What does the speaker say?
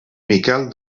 miquel